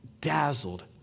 dazzled